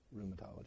rheumatology